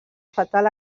fatal